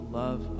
love